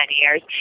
years